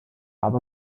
aber